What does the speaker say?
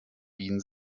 wien